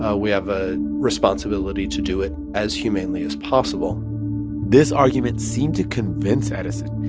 ah we have a responsibility to do it as humanely as possible this argument seemed to convince edison.